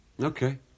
Okay